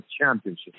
championship